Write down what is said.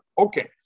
Okay